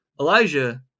Elijah